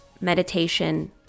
meditation